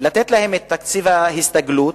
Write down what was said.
לתת להן תקציב הסתגלות,